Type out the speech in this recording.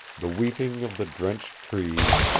the weeping of the drenched trees,